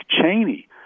Cheney